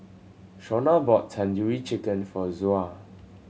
Shaunna bought Tandoori Chicken for Zoa